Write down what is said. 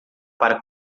para